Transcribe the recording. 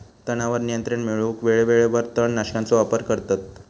तणावर नियंत्रण मिळवूक वेळेवेळेवर तण नाशकांचो वापर करतत